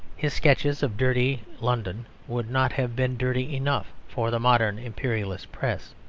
his sketches of dirty london would not have been dirty enough for the modern imperialist press.